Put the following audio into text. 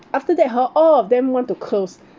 after that hor all of them want to close